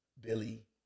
Billy